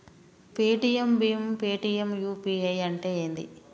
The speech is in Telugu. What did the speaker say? పేటిఎమ్ భీమ్ పేటిఎమ్ యూ.పీ.ఐ అంటే ఏంది?